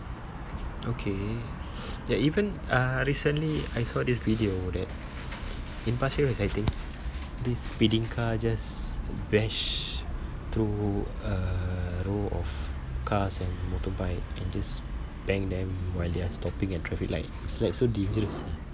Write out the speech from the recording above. okay ya even uh recently I saw this video that in pasir ris I think this speeding car just bashed through a row of cars and motorbike and just bang them while they are stopping at traffic light it's like so dangerous ah